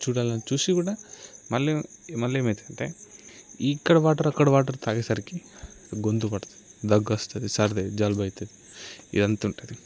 చూడాలని చూసి కూడా మళ్ళీ మళ్ళీ ఏమవుతుందంటే ఇక్కడి వాటర్ అక్కడి వాటర్ త్రాగేసరికి గొంతు పడుతుంది దగ్గు వస్తుంది సర్ది అవుతుంది జలుబు అవుతుంది ఇందంతా ఉంటుంది